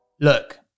Look